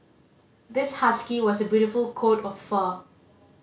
this husky was a beautiful coat of fur